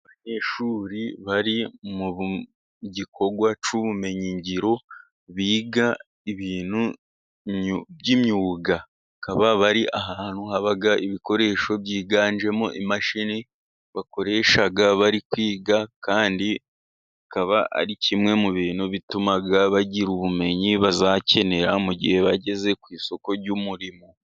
Abanyeshuri bari mu gikorwa cy'ubumenyingiro, biga ibintu by'imyuga. Bakaba bari ahantu haba ibikoresho byiganjemo imashini bakoresha bari kwiga, kandi akaba ari kimwe mu bintu bituma bagira ubumenyi bazakenera mu gihe bageze ku isoko ry'umurimo.